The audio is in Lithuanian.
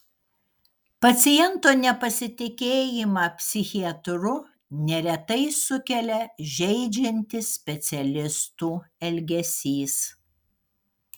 paciento nepasitikėjimą psichiatru neretai sukelia žeidžiantis specialistų elgesys